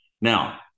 Now